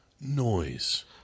noise